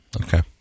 okay